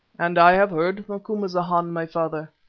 and i have heard, macumazana, my father.